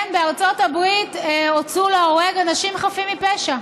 כן, בארצות הברית הוצאו להורג אנשים חפים מפשע.